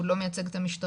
הוא לא מייצג את המשטרה,